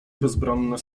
bezbronne